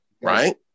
Right